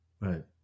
Right